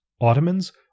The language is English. Ottomans